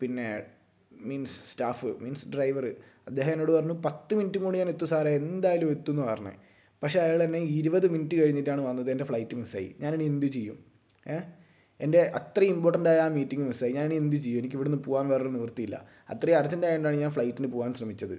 പിന്നെ means staff means driver അദ്ദേഹം എന്നോട് പറഞ്ഞു പത്ത് മിനിറ്റ് കൊണ്ട് എത്തും സാറെ എന്തായാലും എത്തും എന്ന് പറഞ്ഞ് പക്ഷെ അയാൾ എന്നെ ഇരുപത് മിനിറ്റ് കഴിഞ്ഞിട്ടാണ് വന്നത് എൻ്റെ ഫ്ലൈറ്റ് മിസ്സായി ഞാൻ ഇനി എന്ത് ചെയ്യും എൻ്റെ അത്രയും ഇമ്പോർട്ടന്റായ ആ മീറ്റിംഗ് മിസ്സായി ഞാൻ ഇനി എന്ത് ചെയ്യും എനിക്ക് ഇനി ഇവിടെ നിന്ന് പോകാൻ വേറെ ഒരു നിവൃത്തിയില്ല അത്രയും അർജന്റായത് കൊണ്ടാണ് ഞാൻ ഫ്ലൈറ്റിന് പോകാൻ ശ്രമിച്ചത്